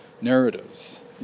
narratives